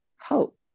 hope